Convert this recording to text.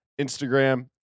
Instagram